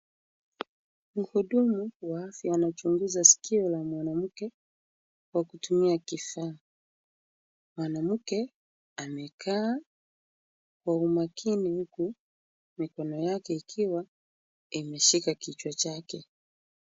Mhudumu wa afya anachunguza sikio la mwanamke kwa kutumia kifaa. Mwanamke amekaa kwa umakini huku mikono yake ikiwa imeshika kichwa chake.